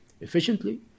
efficiently